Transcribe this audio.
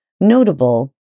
Notable